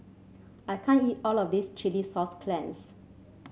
I can't eat all of this Chilli Sauce Clams